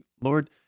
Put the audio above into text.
Lord